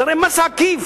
זה הרי מס עקיף,